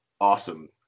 awesome